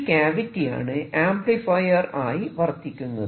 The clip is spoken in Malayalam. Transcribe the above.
ഈ ക്യാവിറ്റി ആണ് ആംപ്ലിഫൈയർ ആയി വർത്തിക്കുന്നത്